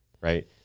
right